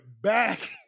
back